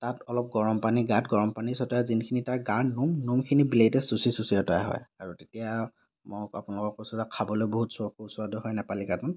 তাত অলপ গৰম পানী গাত গৰম পানী ছটিয়াই যোনখিনি তাৰ গাৰ নোম নোমখিনি ব্লেতে চুঁচি চুঁচি আঁতৰোৱা হয় আৰু তেতিয়া মই আপোনালোকক কৈছোঁ যে খাবলৈ বহুত চ সুস্বাদু হয় নেপালী কাটন